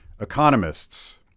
economists